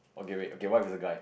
okay wait okay what if it's a guy